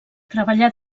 treballà